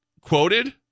quoted